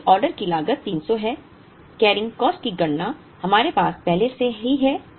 इसलिए ऑर्डर की लागत 300 है कैरिंग कॉस्ट की गणना हमारे पास पहले से ही है